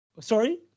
Sorry